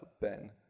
Ben